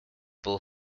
for